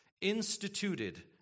Instituted